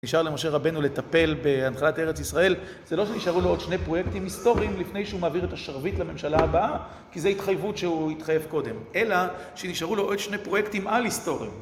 נשאר למשה רבנו לטפל בהנחלת ארץ ישראל, זה לא שנשארו לו עוד שני פרויקטים היסטוריים לפני שהוא מעביר את השרביט לממשלה הבאה כי זו התחייבות שהוא התחייב קודם, אלא שנשארו לו עוד שני פרויקטים אל היסטוריה